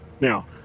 Now